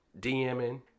DMing